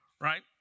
right